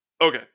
Okay